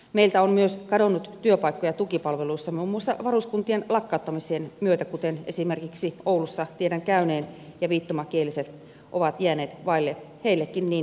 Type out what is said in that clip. meiltä on myös kadonnut työpaikkoja tukipalveluissa muun muassa varuskuntien lakkauttamisien myötä kuten esimerkiksi oulussa tiedän käyneen ja viittomakieliset ovat jääneet vaille heillekin niin tärkeää työtä